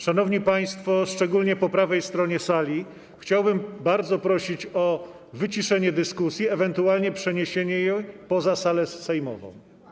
Szanowni państwo, szczególnie po prawej stronie sali, chciałbym bardzo prosić o wyciszenie dyskusji, ewentualnie przeniesienie jej poza salę sejmową.